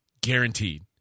Guaranteed